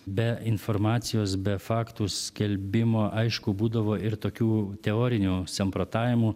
be informacijos be faktų skelbimo aišku būdavo ir tokių teorinių samprotavimų